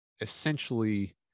essentially